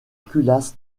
culasse